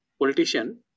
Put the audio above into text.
politician